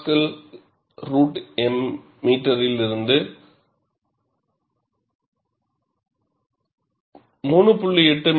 6 MPa √m லிருந்து சென்று 3